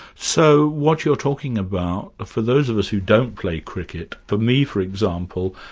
so what you're talking about, for those of us who don't play cricket, for me for example,